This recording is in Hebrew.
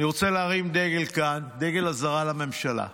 אני רוצה להרים כאן דגל, דגל אזהרה לממשלה.